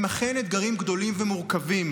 הם אכן אתגרים גדולים ומורכבים,